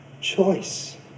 choice